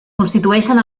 constitueixen